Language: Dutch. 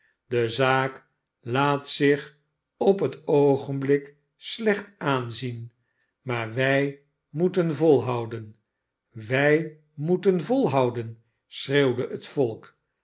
de zaak laat zich op het oogenblik slecht aanzien maar wij moeten volhouden swij moeten volhouden i schreeuwde het volk